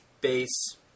base